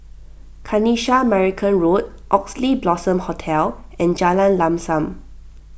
Kanisha Marican Road Oxley Blossom Hotel and Jalan Lam Sam